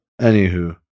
Anywho